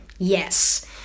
Yes